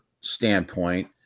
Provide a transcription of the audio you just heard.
standpoint